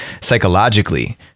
psychologically